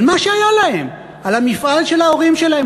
על מה שהיה להם: על המפעל של ההורים שלהם,